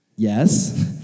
Yes